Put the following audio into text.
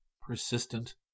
persistent